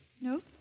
No